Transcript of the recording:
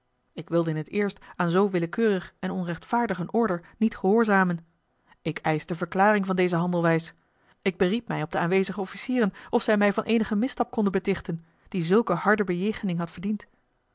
ik wilde in t eerst aan zoo willekeurig en onrechtvaardig een order niet gehoorzamen ik eischte verklaring van deze handelwijs ik beriep mij op de aanwezige officieren of zij mij van eenigen misstap konden betichten die zulke harde bejegening had verdiend